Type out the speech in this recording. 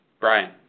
Brian